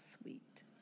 sweet